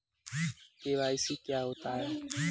KYC क्या होता है?